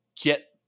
get